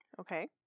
Okay